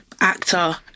actor